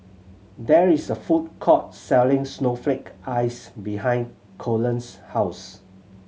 there is a food court selling snowflake ice behind Cullen's house